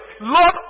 Lord